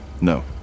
No